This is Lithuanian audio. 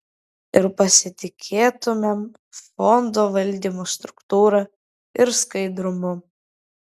ir pasitikėtumėm fondo valdymo struktūra ir skaidrumu